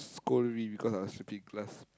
scold me because I was sleeping in class